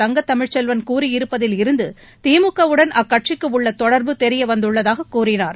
தங்க தமிழ்ச்செல்வன் கூறியிருப்பதிலிருந்து திமுகவுடன் அக்கட்சிக்கு உள்ள தொடர்பு தெரியவந்துள்ளதாக கூறினார்